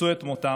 מצאו את מותם